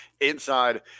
inside